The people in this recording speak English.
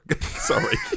Sorry